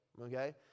okay